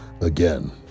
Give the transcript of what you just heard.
again